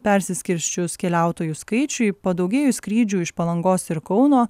persiskirsčius keliautojų skaičiui padaugėjus skrydžių iš palangos ir kauno